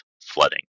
flooding